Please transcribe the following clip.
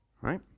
right